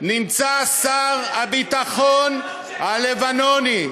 נמצא שר הביטחון הלבנוני.